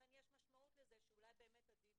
לכן יש משמעות לזה שאולי באמת עדיף